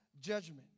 judgment